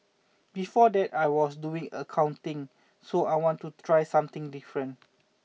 before that I was doing accounting so I want to try something different